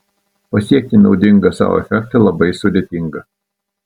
pasiekti naudingą sau efektą labai sudėtinga